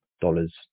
dollars